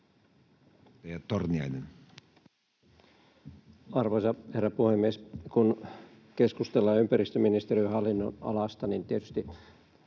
Arvoisa herra puhemies! Kun keskustellaan ympäristöministeriön hallinnonalasta, niin tietysti